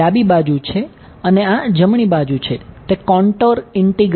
આ ડાબી બાજુ છે અને આ જમણી બાજુ છે તે કોન્ટોર ઇન્ટિગ્રલ છે